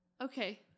Okay